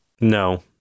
No